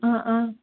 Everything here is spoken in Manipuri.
ꯑꯥ ꯑꯥ